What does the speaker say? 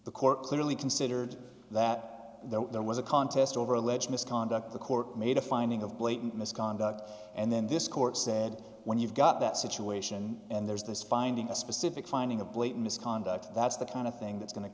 the court clearly considered that there was a contest over alleged misconduct the court made a finding of blatant misconduct and then this court said when you've got that situation and there's this finding a specific finding a blatant misconduct that's the kind of thing that's going to